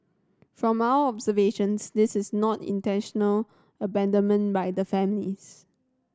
from our observations this is not intentional abandonment by the families